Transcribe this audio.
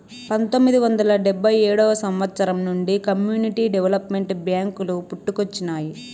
పంతొమ్మిది వందల డెబ్భై ఏడవ సంవచ్చరం నుండి కమ్యూనిటీ డెవలప్మెంట్ బ్యేంకులు పుట్టుకొచ్చినాయి